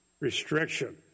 restriction